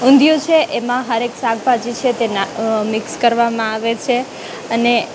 ઉંધીયું છે એમાં હરેક શાકભાજી છે એ નાખ મિક્સ કરવામાં આવે છે અને